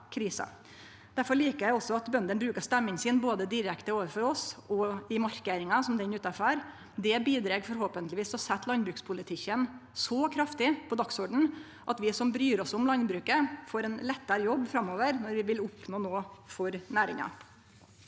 Difor liker eg også at bøndene bruker stemmen sin både direkte overfor oss og i markeringar som den utanfor no. Det bidreg forhåpentlegvis til å setje landbrukspolitikken så kraftig på dagsordenen at vi som bryr oss om landbruket, får ein lettare jobb framover når vi vil oppnå noko for næringa.